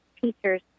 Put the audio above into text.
teachers